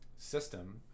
system